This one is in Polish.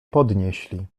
podnieśli